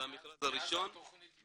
מאז שהתקבלה התכנית?